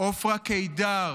עופרה קידר,